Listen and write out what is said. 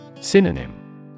Synonym